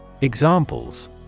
examples